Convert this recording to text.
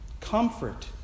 comfort